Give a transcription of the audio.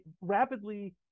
rapidly